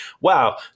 wow